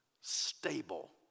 stable